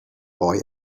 boy